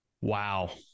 Wow